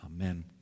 Amen